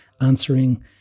answering